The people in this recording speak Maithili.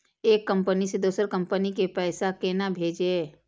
एक कंपनी से दोसर कंपनी के पैसा केना भेजये?